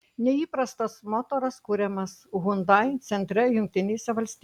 neįprastas motoras kuriamas hyundai centre jungtinėse valstijose